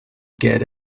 get